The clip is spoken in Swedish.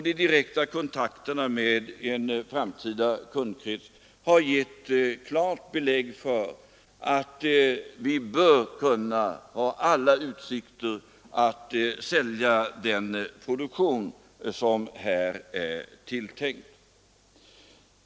De direkta kontakterna med en framtida kundkrets ger ett klart belägg för att vi bör ha alla utsikter att sälja den produktion som här är tilltänkt.